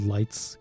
Lights